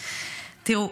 תראו,